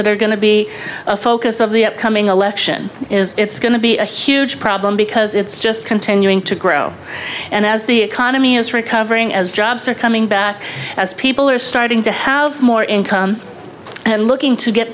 that are going to be a focus of the upcoming election is it's going to be a huge problem because it's just continuing to grow and as the economy is recovering as jobs are coming back as people are starting to have more income and looking to get